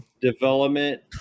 development